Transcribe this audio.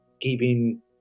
keeping